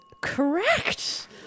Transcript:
Correct